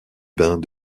bains